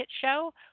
Show